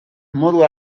modu